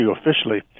officially